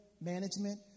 management